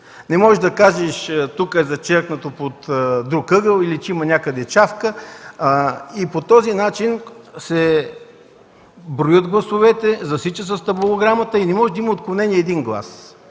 Не можеш да кажеш, че тук е зачеркнато под друг ъгъл или че има някъде чавка. По този начин се броят гласовете, засичат се с табулограмата и не може да има отклонение един глас.